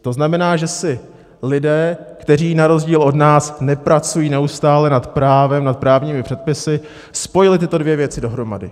To znamená, že si lidé, kteří na rozdíl od nás nepracují neustále nad právem, nad právními předpisy, spojili tyto dvě věci dohromady.